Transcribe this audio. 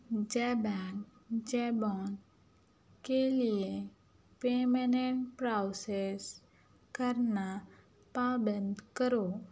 جبانگ Jabong کے لیے کرنا پابند کرو